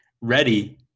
Ready